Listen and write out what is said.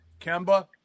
Kemba